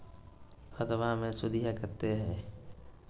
खतबा मे सुदीया कते हय?